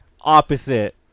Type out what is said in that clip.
opposite